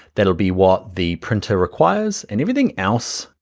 that'll be what the printer requires and everything else,